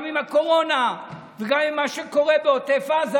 גם עם הקורונה וגם עם מה שקורה בעוטף עזה,